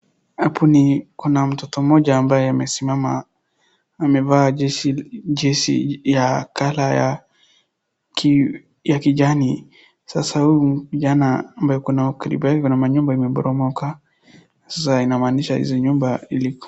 Hapo ni kuna mtoto moja ambaye amesimama, amevaa jezi ya colour ya kijani. Sasa huyu kijana ambaye karibu yake kuna manyumba imeboromoka. Sasa inammanisha hizi nyumba ilikua.